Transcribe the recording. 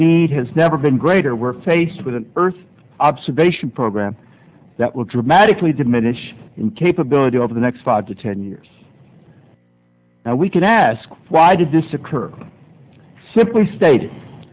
need has never been greater we're faced with an earth observation program that will dramatically diminish in capability over the next five to ten years and we can ask why did this occur simply state